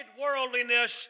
worldliness